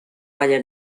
baia